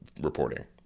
reporting